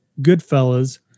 Goodfellas